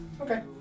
Okay